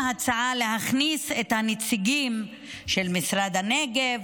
הצעה להכניס את הנציגים של משרד הנגב,